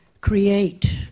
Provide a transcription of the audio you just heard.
create